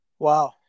wow